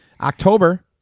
October